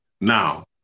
Now